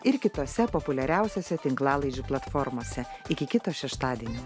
ir kitose populiariausiose tinklalaidžių platformose iki kito šeštadienio